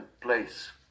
place